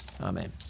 Amen